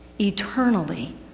eternally